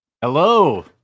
Hello